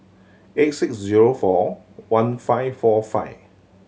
eight six zero four one five four five